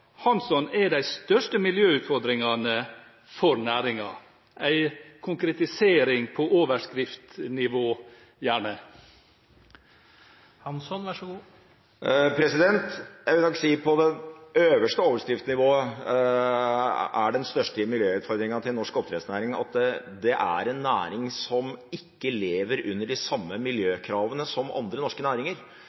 Hansson er: Hva mener representanten Hansson er de største miljøutfordringene for næringen – gjerne en konkretisering på overskriftsnivå? Jeg kan si at på det øverste overskriftsnivået er den største miljøutfordringen til norsk oppdrettsnæring at det er en næring som ikke lever under de samme miljøkravene som andre norske næringer.